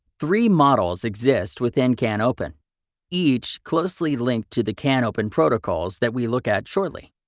three models exist within canopen each closely linked to the canopen protocols that we look at shortly.